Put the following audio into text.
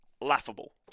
laughable